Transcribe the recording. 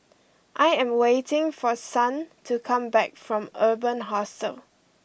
I am waiting for Son to come back from Urban Hostel